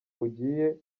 ugiye